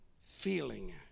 feeling